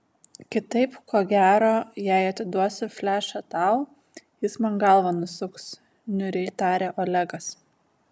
kitaip ko gero jei atiduosiu flešą tau jis man galvą nusuks niūriai tarė olegas